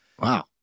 Wow